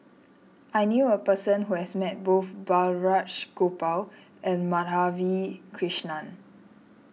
I knew a person who has met both Balraj Gopal and Madhavi Krishnan